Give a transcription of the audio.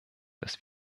dass